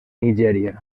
nigèria